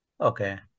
Okay